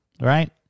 right